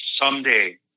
someday